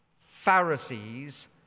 Pharisee's